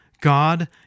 God